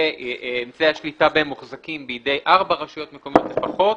ואמצעי השליטה בהם מוחזקים בידי ארבע רשויות מקומיות לפחות,